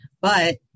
but-